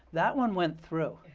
that one went through.